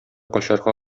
качарга